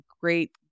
great